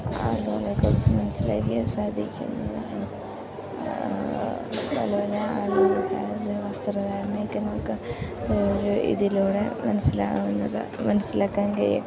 ആളുകളെക്കുറിച്ച് മനസ്സിലാക്കാൻ സാധിക്കുന്നതാണ് പല പല ആളുകളെ വസ്ത്ര ധാരണമൊക്കെ നമുക്ക് ഒരു ഇതിലൂടെ മനസ്സിലാകുന്നത് മനസ്സിലാക്കാൻ കഴിയും